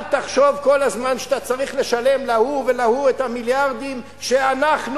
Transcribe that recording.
אל תחשוב כל הזמן שאתה צריך לשלם להוא ולהוא את המיליארדים שאנחנו,